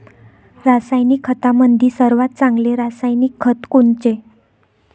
रासायनिक खतामंदी सर्वात चांगले रासायनिक खत कोनचे?